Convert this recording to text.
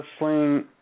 wrestling